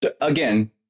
Again